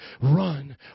run